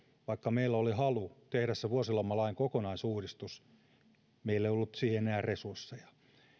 vaikka meillä oli halu tehdä vuosilomalain kokonaisuudistus meillä ei ollut siihen enää resursseja